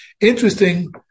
Interesting